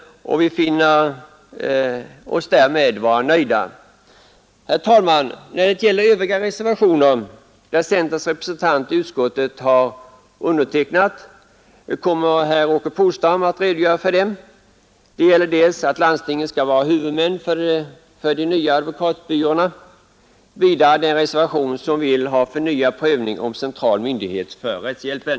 Vi är därför nöjda. Herr talman! Övriga reservationer som centerns representanter i utskottet har undertecknat kommer herr Polstam att redogöra för. De gäller dels landstingens huvudmannaskap för de nya advokatbyråerna, dels förnyad prövning av frågan om central myndighet för rättshjälpen.